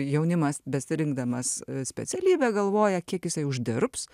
jaunimas besirinkdamas specialybę galvoja kiek jisai uždirbs